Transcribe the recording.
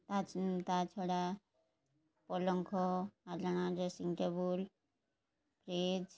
ତା ଛଡ଼ା ପଲଙ୍କ ଆଲଣା ଡ୍ରେସିଂ ଟେବୁଲ୍ ଫ୍ରିଜ୍